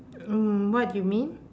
um what do you mean